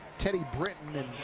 teddy britton,